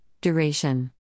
duration